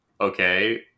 okay